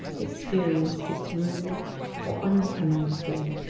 experienced its rude or unbecoming display.